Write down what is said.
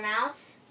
Mouse